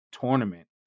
tournament